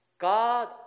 God